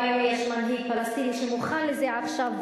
גם אם יש מנהיג פלסטיני שמוכן לזה עכשיו,